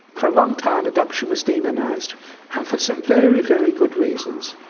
for a long time adoption was demonised and for some very, very good reasons.